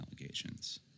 allegations